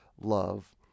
love